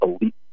elite